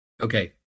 Okay